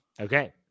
Okay